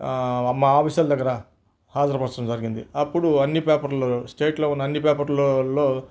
మా ఆఫీసర్ల దగ్గర హాజరుపరచడం జరిగింది అప్పుడు అన్ని పేపర్లో స్టేట్లో ఉన్న అన్నీ పేపర్లలో